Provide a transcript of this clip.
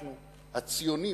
אנחנו, הציונים,